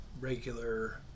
regular